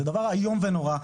זה דבר איום ונורא.